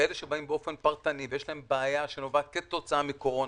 כאלה שבאים פרטנית ויש להם בעיה שנובעת כתוצאה מקורונה,